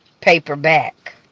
Paperback